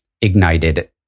ignited